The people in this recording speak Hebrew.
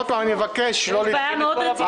יש בעיה מאוד רצינית במשרד החינוך.